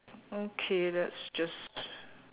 okay let's just